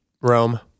Rome